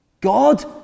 God